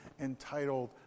entitled